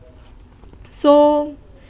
so